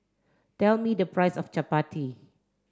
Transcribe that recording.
tell me the price of Chappati